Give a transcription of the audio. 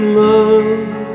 love